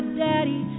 daddy